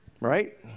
Right